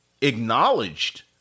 acknowledged